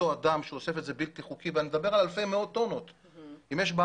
לאותו אדם שאוסף את זה באופן בלתי חוקי ואני מדבר על אלפי טונות כי